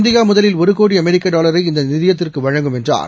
India முதலில் ஒரு கோடி அமெரிக்க டாலரை இந்த நிதியத்திற்கு வழங்கும் என்றார்